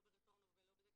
לא ברטורנו ולא במלכישוע,